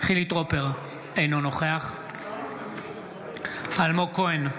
חילי טרופר, אינו נוכח אלמוג כהן,